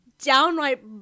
downright